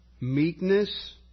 meekness